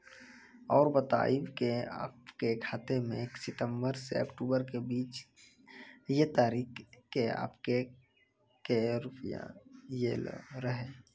और बतायब के आपके खाते मे सितंबर से अक्टूबर के बीज ये तारीख के आपके के रुपिया येलो रहे?